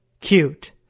cute